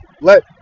let